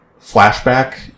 flashback